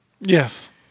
Yes